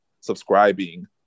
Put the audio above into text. subscribing